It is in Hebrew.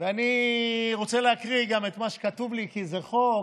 אני רוצה להקריא גם את מה שכתוב לי, כי זה חוק.